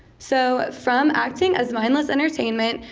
so, from acting as mindless entertainment,